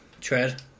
tread